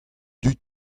dud